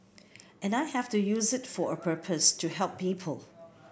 and I have to use it for a purpose to help people